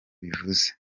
bivuze